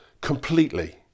completely